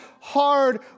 hard